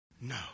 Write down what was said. No